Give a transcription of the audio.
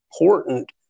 important